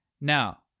now